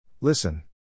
Listen